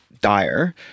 dire